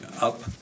up